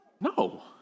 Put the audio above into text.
No